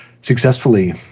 successfully